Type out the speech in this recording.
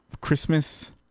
Christmas